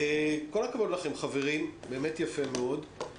כל הכבוד לכם, חברים, באמת יפה מאוד.